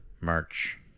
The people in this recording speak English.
March